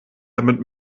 damit